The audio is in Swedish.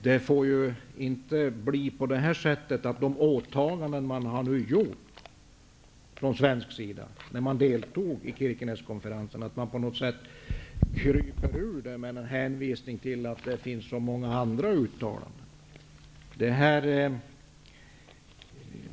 Det får inte bli så att Sverige kryper ur de åtaganden vi har gjort när vi deltog i Kirkeneskonferensen med hänvisning till att det finns så många andra uttalanden.